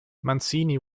mancini